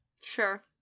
Sure